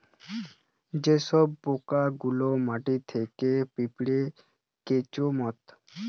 যে সব পোকা গুলা মাটিতে থাকে পিঁপড়ে, কেঁচোর মত